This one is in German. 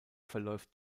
verläuft